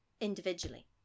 individually